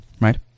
Right